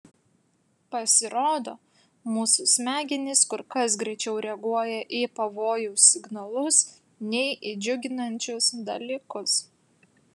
pasirodo mūsų smegenys kur kas greičiau reaguoja į pavojaus signalus nei į džiuginančius dalykus